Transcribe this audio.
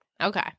okay